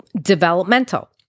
developmental